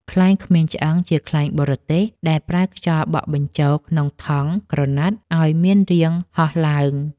ខ្លែងគ្មានឆ្អឹង ជាខ្លែងបរទេសដែលប្រើខ្យល់បក់បញ្ចូលក្នុងថង់ក្រណាត់ឱ្យមានរាងហោះឡើង។